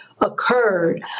occurred